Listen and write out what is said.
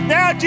Now